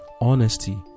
honesty